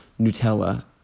nutella